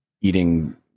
eating